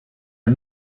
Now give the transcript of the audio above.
are